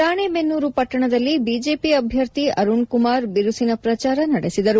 ರಾಣೆಬೆನ್ನೂರು ಪಟ್ಟಣದಲ್ಲಿ ಬಿಜೆಪಿ ಅಭ್ಯರ್ಥಿ ಅರುಣ್ ಕುಮಾರ್ ಬಿರುಸಿನ ಪ್ರಚಾರ ನಡೆಸಿದರು